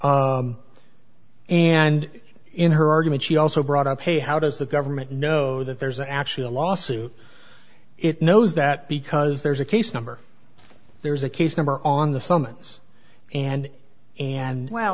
before and in her argument she also brought up hey how does the government know that there's actually a lawsuit it knows that because there's a case number there's a case number on the summons and and well